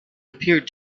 appeared